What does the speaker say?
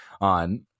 on